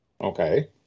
Okay